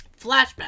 Flashback